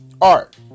art